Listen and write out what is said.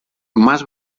más